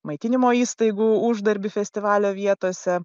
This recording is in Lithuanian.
maitinimo įstaigų uždarbį festivalio vietose